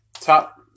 top